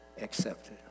accepted